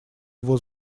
его